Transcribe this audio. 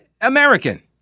American